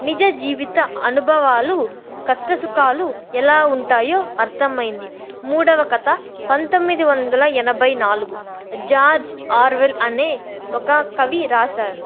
నిజ జీవిత అనుభవాలు కష్టసుఖాలు ఎలా ఉంటాయో అర్థమైంది మూడవ కథ పంతొమ్మిది వందల ఎనభై నాలుగు జార్జ్ ఆర్వెల్ అనే ఒక కవి రాశారు